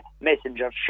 Messenger